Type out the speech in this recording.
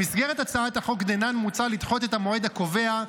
במסגרת בהצעת החוק דנן מוצע לדחות בשנה את המועד הקובע,